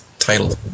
title